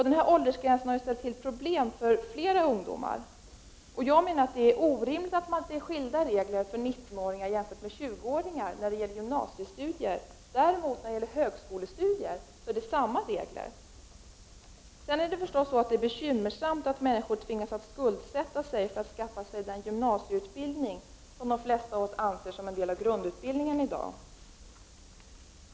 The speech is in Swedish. Den här åldersgränsen har ställt till problem för flera ungdomar. Jag menar att det är orimligt att ha skilda regler för 19-åringar och 20-åringar när det gäller gymnasiestudier. Däremot när det gäller högskolestudier är det samma regler för de båda åldersgrupperna. Det är förstås bekymmersamt när människor tvingas skuldsätta sig för att skaffa sig den gymnasieutbildning som de flesta av oss anser vara en del av grundutbildningen i dag.